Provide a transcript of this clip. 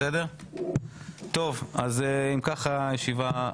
אם כך, הישיבה נעולה.